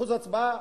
אחוז ההצבעה,